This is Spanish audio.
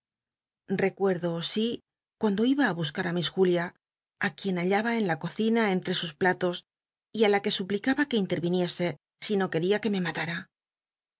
nccuerxlo si cuando iba i buscar á miss julia á quien hallaba en la cocina entre sus platos y la supl icaba que i utcninie c si no queria que me nlalara